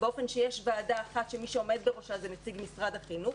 באופן שיש ועדה אחת שמי שעומד בראשה זה נציג משרד החינוך.